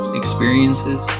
experiences